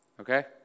Okay